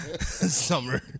summer